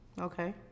Okay